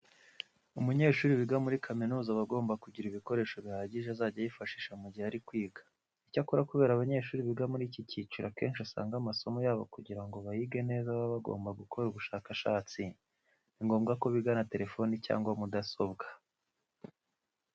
Umunyeshuri wiga muri kaminuza aba agomba kugira ibikoresho bihagije azajya yifashisha mu gihe ari kwiga. Icyakora kubera ko abanyeshuri biga muri iki cyiciro akenshi usanga amasomo yabo kugira ngo bayige neza baba bagomba gukora ubushakashatsi, ni ngombwa ko bigana telefone cyangwa mudasobwa.